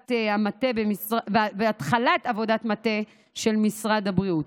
עבודת מטה של משרד הבריאות.